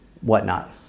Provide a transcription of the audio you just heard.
whatnot